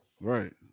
Right